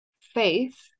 faith